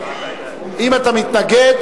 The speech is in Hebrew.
אם אתה מתנגד,